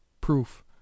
proof